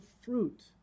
fruit